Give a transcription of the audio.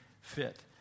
fit